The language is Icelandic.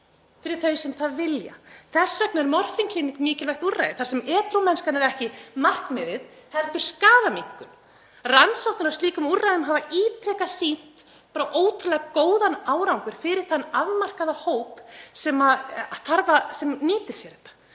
fyrir þau sem það vilja. Þess vegna er morfínklíník svo mikilvægt úrræði þar sem edrúmennskan er ekki markmiðið heldur skaðaminnkun. Rannsóknir á slíkum úrræðum hafa ítrekað sýnt ótrúlega góðan árangur fyrir þann afmarkaða hóp sem nýtir sér þau,